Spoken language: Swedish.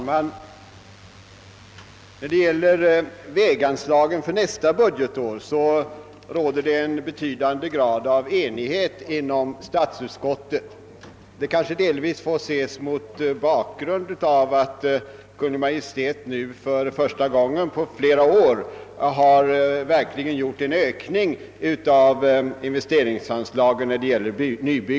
Herr talman! Det har inom statsutskottet rått en betydande grad av enighet om väganslagen för nästa budgetår. Detta får kanske ses delvis mot bakgrunden av att Kungl. Maj:t nu för första gången på flera år har föreslagit en ökning av investeringsanslagen för nybyggnad av vägar.